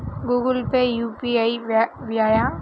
Google Pay UPI య్యాపా?